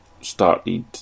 started